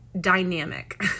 dynamic